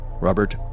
Robert